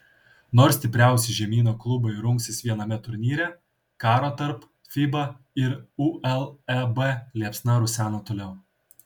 nors stipriausi žemyno klubai rungsis viename turnyre karo tarp fiba ir uleb liepsna rusena toliau